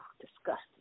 disgusting